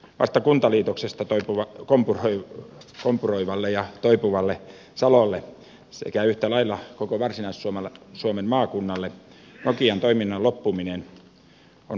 vasta kuntaliitoksesta kompuroivalle ja toipuvalle salolle sekä yhtä lailla koko varsinais suomen maakunnalle nokian toiminnan loppuminen on vakava asia